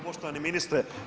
Poštovani ministre.